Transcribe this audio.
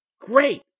Great